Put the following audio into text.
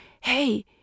Hey